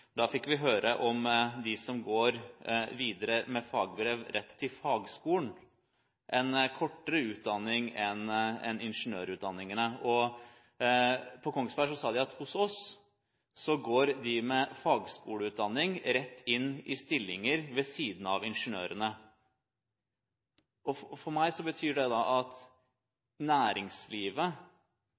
Da fikk vi høre om dem som går videre med fagbrev rett til fagskolen – en kortere utdanning enn ingeniørutdanningene. På Kongsberg sa de at hos dem går de med fagskoleutdanning rett inn i stillinger ved siden av ingeniørene. For meg betyr dette at næringslivet